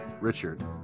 Richard